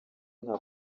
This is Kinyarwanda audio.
nka